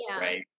right